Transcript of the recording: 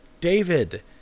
David